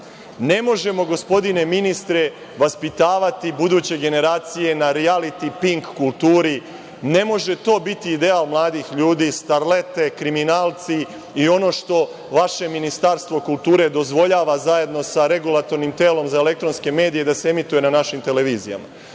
možemo, gospodine ministre, vaspitavati buduće generacije na rijaliti „Pink“ kulturi. Ne može to biti deo mladih ljudi, starlete, kriminalci i ono što vaše Ministarstvo kulture dozvoljava, zajedno sa regulatornim telom za elektronske medije, da se emituje na našim televizijama.